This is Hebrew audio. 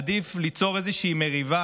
עדיף ליצור איזושהי מריבה,